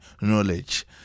knowledge